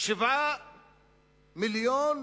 7 מיליוני